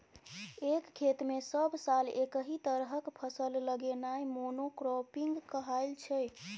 एक खेत मे सब साल एकहि तरहक फसल लगेनाइ मोनो क्राँपिंग कहाइ छै